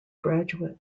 graduate